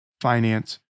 finance